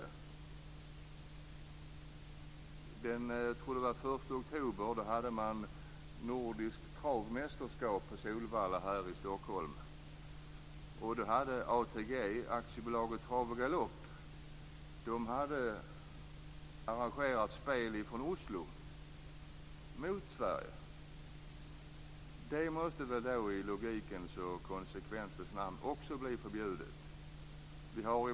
Jag tror att det var den 1 oktober som det var nordiskt travmästerskap på Solvalla här i Stockholm. ATG, Aktiebolaget Trav och Galopp, hade arrangerat spel från Oslo mot Sverige. Det måste väl i logikens och konsekvensens namn också förbjudas?